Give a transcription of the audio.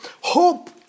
Hope